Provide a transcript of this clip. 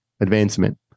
advancement